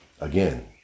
Again